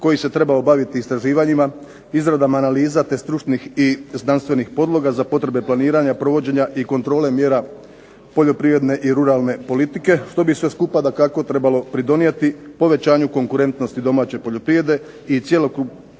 koji se trebao baviti istraživanjima, izradama analiza te stručnih i znanstvenih podloga za potrebe planiranja, provođenja i kontrole mjera poljoprivredne i ruralne politike što bi sve skupa dakako trebalo pridonijeti povećanju konkurentnosti domaće poljoprivrede i cjelokupnog